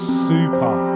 super